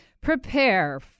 prepare